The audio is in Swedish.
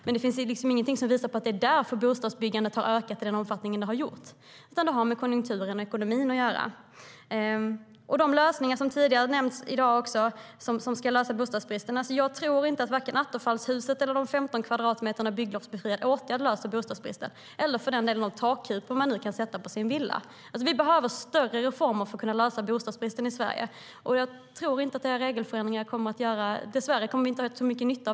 Det finns dock inget som visar på att det är därför bostadsbyggandet har ökat i den omfattning vi ser, utan det har med konjunkturen och ekonomin att göra. Vi behöver större reformer för att lösa bostadsbristen i Sverige. Jag tror inte att era regelförenklingar kommer att vara till så stor nytta.